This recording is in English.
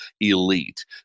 elite